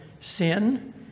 sin